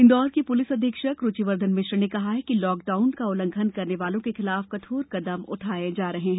इंदौर की पुलिस अधीक्षक रुचिवर्द्वन मिश्र ने कहा कि लॉकडाउन का उल्लंघन करने वालों के खिलाफ कठोर कदम उठाये जा रहे हैं